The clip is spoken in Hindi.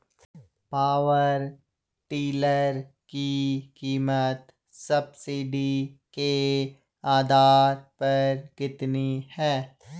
पावर टिलर की कीमत सब्सिडी के आधार पर कितनी है?